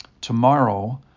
Tomorrow